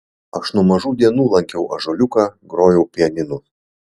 aš nuo mažų dienų lankiau ąžuoliuką grojau pianinu